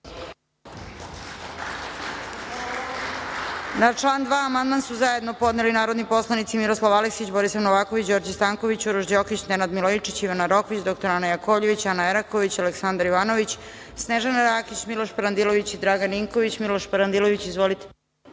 član 2. su zajedno podneli narodni poslanici Miroslav Aleksić, Borislav Novaković, Đorđe Stanković, Uroš Đokić, Nenad Milojičić, Ivana Rokvić, dr Ana Jakovljević, Ana Eraković, Aleksandar Jovanović, Snežana Rakić, Miloš Parandilović, Dragan Ninković. Miloš Parandilović, izvolite.34/2